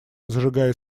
зажигая